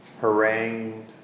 harangued